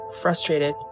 frustrated